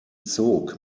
zog